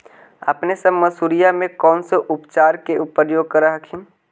अपने सब मसुरिया मे कौन से उपचार के प्रयोग कर हखिन?